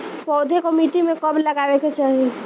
पौधे को मिट्टी में कब लगावे के चाही?